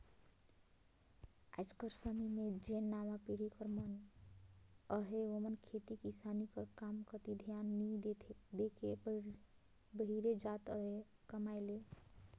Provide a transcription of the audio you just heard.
आएज कर समे में जेन नावा पीढ़ी कर मन अहें ओमन खेती किसानी कर काम कती धियान नी दे के बाहिरे जात अहें कमाए ले